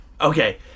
Okay